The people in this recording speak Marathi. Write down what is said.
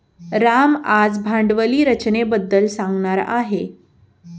राम आज भांडवली रचनेबद्दल सांगणार आहे